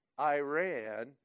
Iran